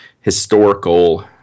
historical